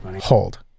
Hold